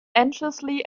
anxiously